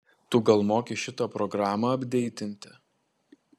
tu gal moki šitą programą apdeitinti